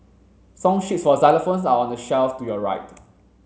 song sheets for xylophones are on the shelf to your right